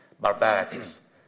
barbarities